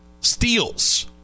Steals